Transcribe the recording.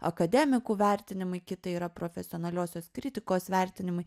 akademikų vertinimai kita yra profesionaliosios kritikos vertinimai